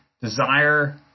desire